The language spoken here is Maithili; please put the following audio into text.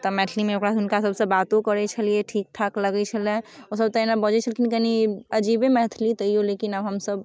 तऽ मैथिलीमे ओकरा हुनका सबसँ बातो करै छलिए ठीक ठाक लगै छलै ओसब तहिना बजै छलखिन कनि अजीबे मैथिली लेकिन तैओ हमसब